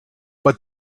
but